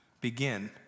begin